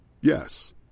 Yes